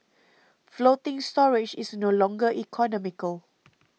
floating storage is no longer economical